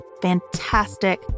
fantastic